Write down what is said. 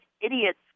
Idiot's